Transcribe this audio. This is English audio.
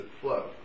flow